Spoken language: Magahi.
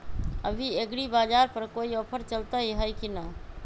अभी एग्रीबाजार पर कोई ऑफर चलतई हई की न?